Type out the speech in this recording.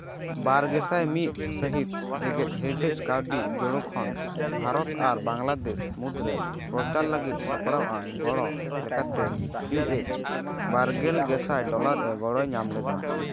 ᱵᱟᱨᱜᱮᱥᱟᱭ ᱢᱤᱫ ᱥᱟᱹᱦᱤᱛ ᱡᱮᱜᱮᱫ ᱦᱮᱨᱤᱴᱮᱡ ᱠᱟᱹᱣᱰᱤ ᱡᱳᱲᱳ ᱠᱷᱚᱱ ᱵᱷᱟᱨᱚᱛ ᱟᱨ ᱵᱟᱝᱞᱟᱫᱮᱥ ᱢᱩᱫ ᱨᱮ ᱯᱚᱨᱪᱟᱨ ᱞᱟᱹᱜᱤᱫ ᱥᱟᱯᱲᱟᱣ ᱟᱱ ᱜᱚᱲᱚ ᱞᱮᱠᱟᱛᱮ ᱤᱭᱩ ᱮᱥ ᱵᱟᱨᱜᱮᱞ ᱥᱮᱭᱟᱨ ᱰᱚᱞᱟᱨ ᱮ ᱜᱚᱲᱚᱭ ᱧᱟᱢ ᱞᱮᱫᱟ